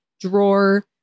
drawer